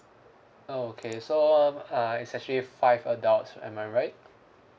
okay so uh it's actually five adults am I right